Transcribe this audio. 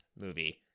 movie